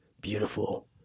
beautiful